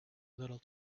little